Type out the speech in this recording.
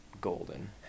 golden